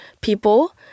people